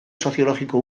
soziologiko